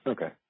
Okay